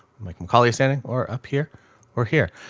mike mccauley is standing or up here or here,